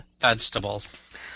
vegetables